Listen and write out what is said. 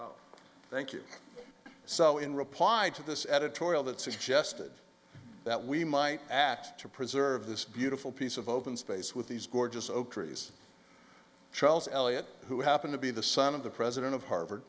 stand thank you so in reply to this editorial that suggested that we might act to preserve this beautiful piece of open space with these gorgeous oak trees charles elliott who happened to be the son of the president of harvard